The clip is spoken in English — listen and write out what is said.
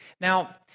Now